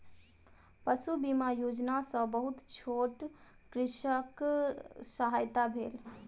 पशु बीमा योजना सॅ बहुत छोट कृषकक सहायता भेल